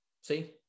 See